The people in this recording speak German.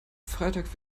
freitag